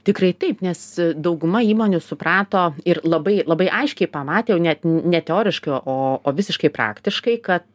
tikrai taip nes dauguma įmonių suprato ir labai labai aiškiai pamatė jau net ne teoriškai o o visiškai praktiškai kad